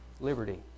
Liberty